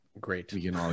great